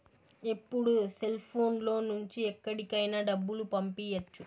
ఇప్పుడు సెల్ఫోన్ లో నుంచి ఎక్కడికైనా డబ్బులు పంపియ్యచ్చు